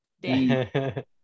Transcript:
day